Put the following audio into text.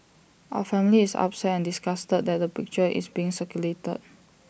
our family is upset and disgusted that the picture is being circulated